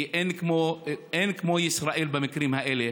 כי אין כמו ישראל במקרים האלה.